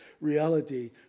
reality